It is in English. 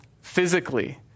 physically